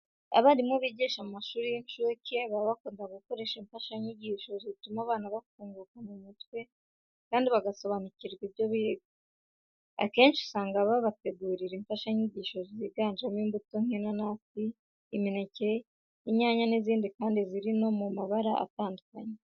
Abarimu bigisha mu mashuri y'incuke baba bakunda gukoresha imfashanyigisho zituma aba bana bafunguka mu mutwe kandi bagasobanukirwa ibyo biga. Akenshi usanga babategurira imfashanyigisho ziganjemo imbuto nk'inanasi, imineke, inyanya n'izindi kandi ziri no mu mabara atandukanye.